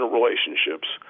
relationships